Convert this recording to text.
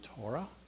Torah